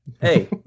Hey